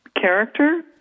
character